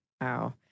Wow